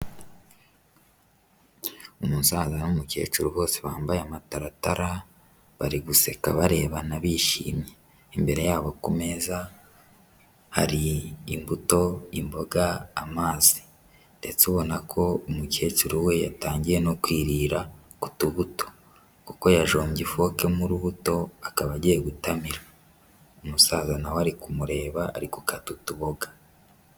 Umusaza n'umukecuru bose bambaye amataratara bari guseka barebana bishimye, imbere yabo ku meza hari imbuto, imboga, amazi ndetse ubona ko umukecuru we yatangiye no kwirira ku tubuto, kuko yajombye ifoke mu rubuto akaba agiye gutamira, umusaza na we ari kumureba ari gukata utuboga.